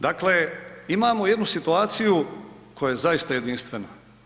Dakle, imamo jednu situaciju koja je zaista jedinstvena.